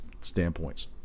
standpoints